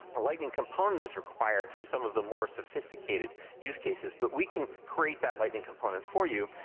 lightning component is required for some of the more sophisticated use cases, but we can create that lightning component for you,